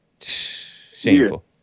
Shameful